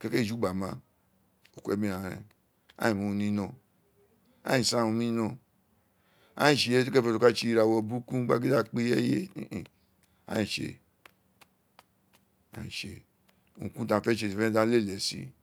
kéké ejú gba má ó ku emi agháàn rén agháàn éè mu urun ní inọ. aghààn éè sàn urun ní inó agháàn éè tsi ireye kérènfọ tí o ka tse irawọ burúkún gba gin dí a kpa ireye agháàn èè tse agháàn éè tse urun kurun tí a ma fé tse fẹ́nẹ́fẹ́nẹ́ dí agháàn lèlè ẹsi